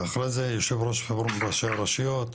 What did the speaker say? ואחרי זה יושב ראש הפורום וראשי הרשויות,